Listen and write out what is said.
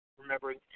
remembering